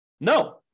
No